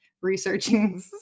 researching